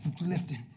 lifting